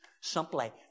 simply